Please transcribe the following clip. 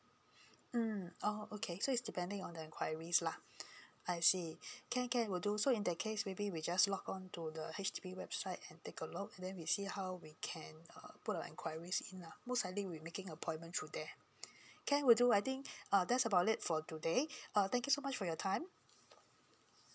mm oh okay so it's depending on the enquiries lah I see can can will do so in that case maybe we just log on tol the H_D_B website and take a look then we see how we can uh put our enquiries in lah most likely we making appointment through there can will do I think uh that's about it for today uh thank you so much for your time